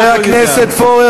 חבר הכנסת פורר,